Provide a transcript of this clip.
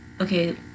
Okay